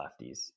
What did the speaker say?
lefties